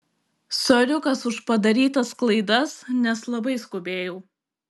soriukas už padarytas klaidas nes labai skubėjau